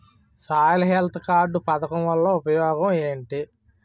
Soil health card పథకం వల్ల ఉపయోగం ఏంటి?